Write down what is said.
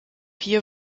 hier